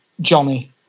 Johnny